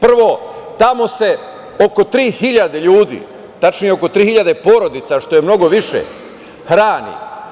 Prvo, tamo se oko 3.000 ljudi, tačnije oko 3.000 porodica, što je mnogo više, hrani.